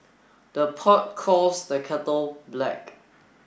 the pot calls the kettle black